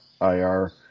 IR